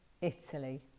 Italy